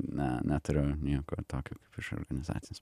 ne neturiu nieko tokio kaip iš organizacinės pusės